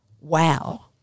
wow